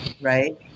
right